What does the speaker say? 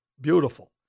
Beautiful